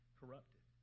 corrupted